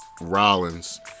Rollins